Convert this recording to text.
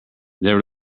never